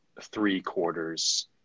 three-quarters –